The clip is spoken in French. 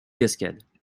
cascades